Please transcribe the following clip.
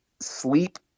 sleep